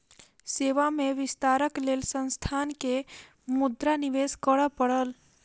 सेवा में विस्तारक लेल संस्थान के मुद्रा निवेश करअ पड़ल